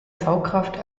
saugkraft